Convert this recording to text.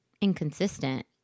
inconsistent